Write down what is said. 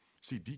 See